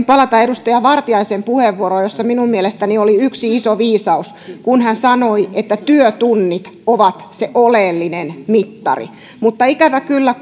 palata edustaja vartiaisen puheenvuoroon jossa minun mielestäni oli yksi iso viisaus hän sanoi että työtunnit ovat se oleellinen mittari mutta ikävä kyllä